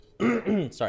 sorry